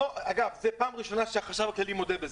זה פעם ראשונה שהחשב הכללי מודה בזה.